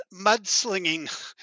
mudslinging